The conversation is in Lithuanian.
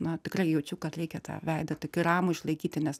na tikrai jaučiu kad reikia tą veidą tokį ramų išlaikyti nes